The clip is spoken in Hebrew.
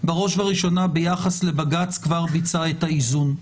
בראש ובראשונה ביחס לבג"ץ שכבר ביצע את האיזון.